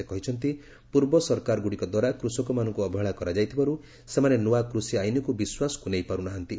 ସେ କହିଛନ୍ତି ପୂର୍ବ ସରକାରଗୁଡ଼ିକ ଦ୍ୱାରା କୃଷକମାନଙ୍କୁ ଅବହେଳା କରାଯାଇଥିବାରୁ ସେମାନେ ନୁଆ କୃଷି ଆଇନ୍କୁ ବିଶ୍ୱାସକୁ ନେଇପାରୁ ନାହାନ୍ତି